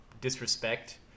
disrespect